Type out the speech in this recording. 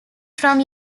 from